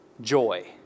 joy